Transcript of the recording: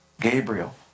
Gabriel